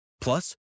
Plus